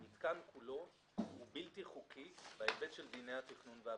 הוא בלתי חוקי בהיבט של דיני התכנון והבנייה,